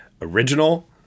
original